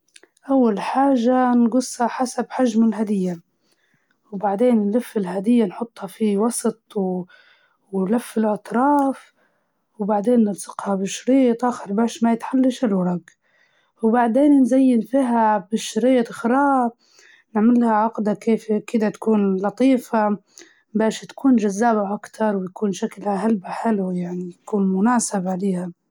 أول شي نحضر ورق التغليف مزخرف ومميز، ونحط الهدية في النص، ونطوي الأطراف تاع الورج على الهدية، بعدين تستخدم شريط لاصق باش نثبت الورج، بعدين نجدر نضيف شريط زينة ولا بطاقة صغيرة، وإن كان الهدية مش منتظمة يعني شكلها مش مرتب، بستخدم صندوج الهدايا، بس الورج أحسن.